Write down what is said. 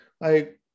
Like-